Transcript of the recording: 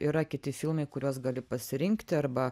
yra kiti filmai kuriuos gali pasirinkti arba